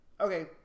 Okay